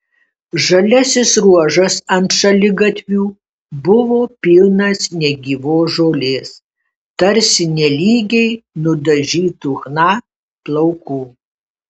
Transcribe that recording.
žaliasis ruožas ant šaligatvių buvo pilnas negyvos žolės tarsi nelygiai nudažytų chna plaukų